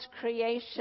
creation